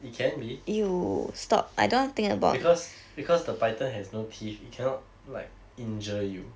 it can be because because the python has no teeth it cannot like injure you